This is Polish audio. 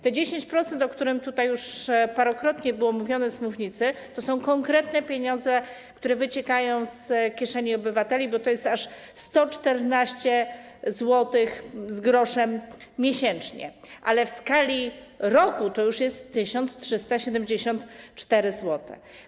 Te 10%, o których już parokrotnie mówiono z mównicy, to są konkretne pieniądze, które wyciekają z kieszeni obywateli, bo to jest aż 114 zł z groszem miesięcznie, a w skali roku to już jest 1374 zł.